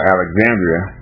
Alexandria